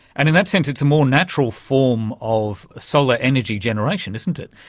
and in that sense it's a more natural form of solar energy generation, isn't it,